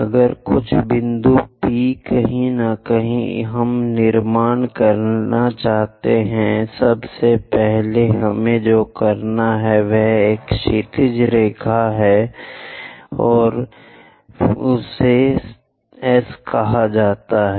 अगर कुछ बिंदु P कहीं न कहीं हम निर्माण करना चाहते हैं सबसे पहले हमें जो करना है वह एक क्षैतिज रेखा है यह क्षैतिज रेखा है इसे हम S कहते हैं